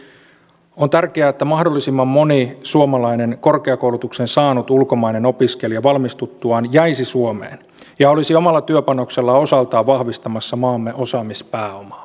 neljänneksi on tärkeää että mahdollisimman moni suomalaisen korkeakoulutuksen saanut ulkomainen opiskelija valmistuttuaan jäisi suomeen ja olisi omalla työpanoksellaan osaltaan vahvistamassa maamme osaamispääomaa